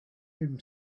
him